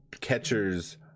catchers